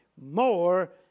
more